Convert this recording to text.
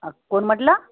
कोण म्हटलं